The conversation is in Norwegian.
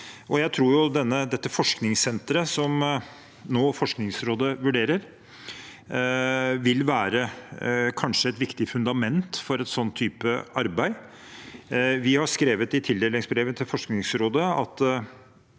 Jeg tror forskningssenteret som Forskningsrådet vurderer nå, kanskje vil være et viktig fundament for et slikt arbeid. Vi har skrevet i tildelingsbrevet til Forskningsrådet at